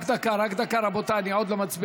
רק דקה, רק דקה, רבותיי, אני עוד לא מצביע.